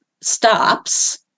stops